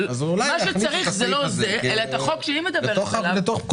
מה שצריך זה לא את הצעת החוק הזאת אלא לתקן את החוק שהיא מדברת עליו,